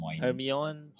Hermione